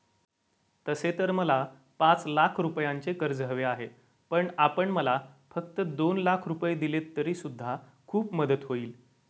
तसे तर मला पाच लाख रुपयांचे कर्ज हवे आहे, पण आपण मला फक्त दोन लाख रुपये दिलेत तरी सुद्धा खूप मदत होईल